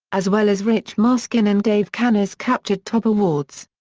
as well as rich maskin and dave kanners captured top awards.